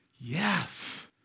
Yes